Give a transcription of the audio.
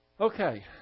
Okay